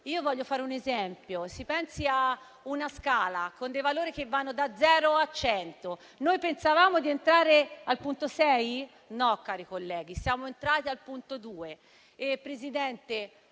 Vorrei fare un esempio: si pensi a una scala, con dei valori che vanno da 0 a 100. Noi pensavamo di entrare al punto 6? No, cari colleghi, siamo entrati al punto 2. Presidente,